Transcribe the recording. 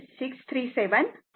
637 Imआहे